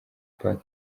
park